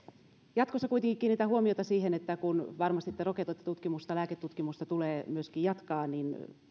jatkossa kuitenkin kiinnitän huomiota siihen että kun varmasti tätä rokotetutkimusta lääketutkimusta tulee myöskin jatkaa niin